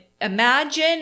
imagine